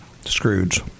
Scrooge